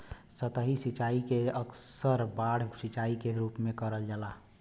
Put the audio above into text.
सतही सिंचाई के अक्सर बाढ़ सिंचाई के रूप में करल जाला